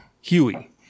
Huey